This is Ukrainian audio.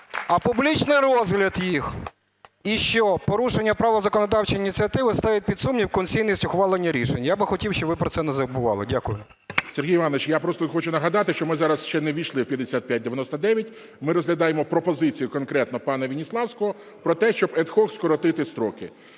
а публічний розгляд їх. І що порушення права законодавчої ініціативи ставить під сумнів конституційність ухвалення рішень. Я би хотів, щоб ви про це не забували. Дякую. ГОЛОВУЮЧИЙ. Сергій Іванович, я просто хочу нагадати, що ми зараз ще не ввійшли в 5599, ми розглядаємо пропозиції конкретно пана Веніславського про те, щоб ad hoc скоротити строки.